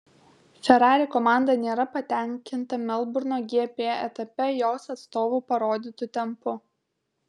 ferrari komanda nėra patenkinta melburno gp etape jos atstovų parodytu tempu